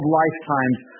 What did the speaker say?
lifetimes